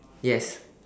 yes